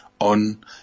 on